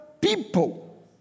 people